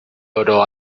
oro